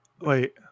Wait